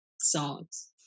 songs